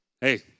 hey